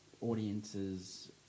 audiences